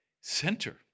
center